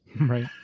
Right